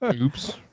Oops